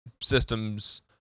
systems